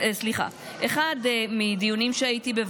1. מדיונים שבהם הייתי,